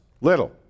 little